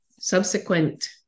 subsequent